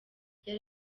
yari